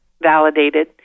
validated